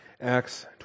Acts